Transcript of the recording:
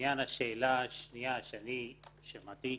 לעניין השאלה השנייה שאני שמעתי,